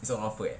it's on offer eh